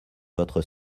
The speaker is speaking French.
votre